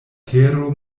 tero